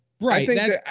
Right